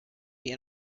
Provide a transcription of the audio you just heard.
wie